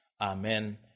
Amen